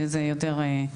נכון?